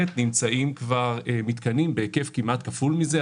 נמצאים כבר מתקנים בהיקף כמעט כפול מזה,